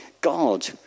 God